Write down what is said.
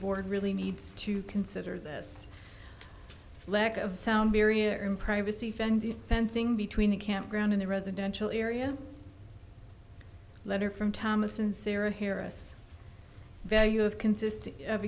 board really needs to consider this lack of sound barrier in privacy fendi fencing between a campground in the residential area letter from thomas and sarah harris value of consist